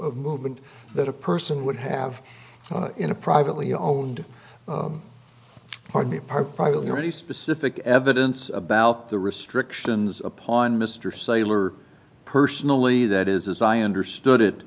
of movement that a person would have in a privately owned army park privately or any specific evidence about the restrictions upon mr sale or personally that is as i understood it